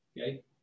Okay